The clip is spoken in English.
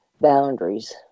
boundaries